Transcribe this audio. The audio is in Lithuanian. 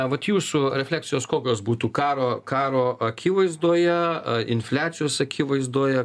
vat jūsų refleksijos kokios būtų karo karo akivaizdoje infliacijos akivaizdoje